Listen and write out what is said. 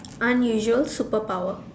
unusual superpower